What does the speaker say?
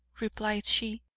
replied she.